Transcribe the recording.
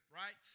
right